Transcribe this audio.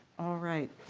all right.